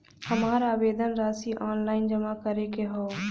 हमार आवेदन राशि ऑनलाइन जमा करे के हौ?